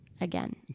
again